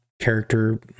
character